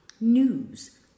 News